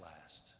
Last